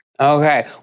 Okay